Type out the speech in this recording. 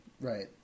Right